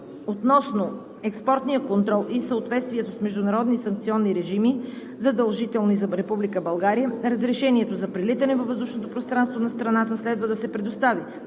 относно експортния контрол и в съответствие с международни санкционни режими, задължителни за Република България, разрешението за прелитане във въздушното пространство на страната следва да се предостави